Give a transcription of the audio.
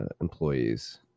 employees